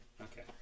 Okay